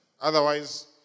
Otherwise